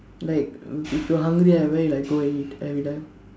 like if if you're hungry uh where you like go and eat everytime